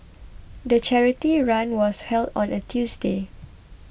the charity run was held on a Tuesday